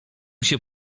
się